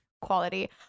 quality